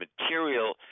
material